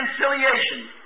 reconciliation